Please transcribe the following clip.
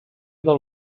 del